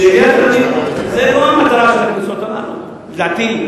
זאת לא המטרה של הקנסות, לדעתי.